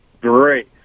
Great